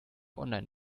online